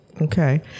okay